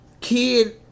Kid